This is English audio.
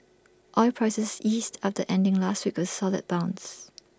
oil prices eased after ending last week with A solid bounce